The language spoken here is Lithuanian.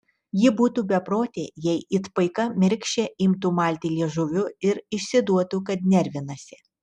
ji būtų beprotė jei it paika mergšė imtų malti liežuviu ir išsiduotų kad nervinasi